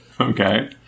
Okay